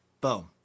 Boom